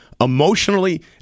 emotionally